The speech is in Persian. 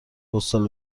پستال